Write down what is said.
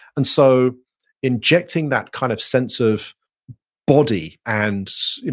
and so injecting that kind of sense of body and